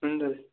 हुन्छ